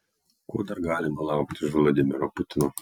ko dar galima laukti iš vladimiro putino